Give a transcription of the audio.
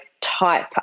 type